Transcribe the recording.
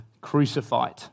crucified